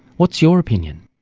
what's your opinion?